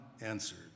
answered